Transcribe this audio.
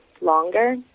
longer